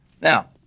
Now